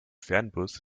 fernbus